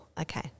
Okay